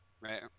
right